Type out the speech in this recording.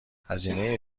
هزینه